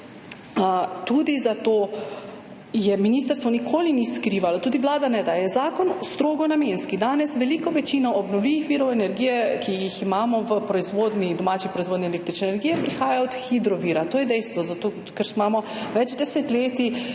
Tudi zato ministrstvo ni nikoli skrivalo, tudi Vlada ne, da je zakon strogo namenski. Danes velika večina obnovljivih virov energije, ki jih imamo v domači proizvodnje električne energije, prihaja od hidrovira, to je dejstvo, zato ker je že več desetletij